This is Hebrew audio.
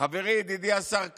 חברי, ידידי השר כץ,